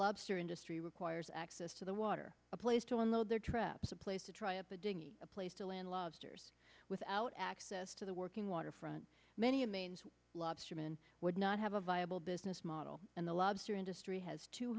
lobster industry requires access to the water a place to unload their traps a place to try a place to land lobsters without access to the working waterfront many of maine's lobsterman would not have a viable business model and the lobster industry has two